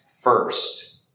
first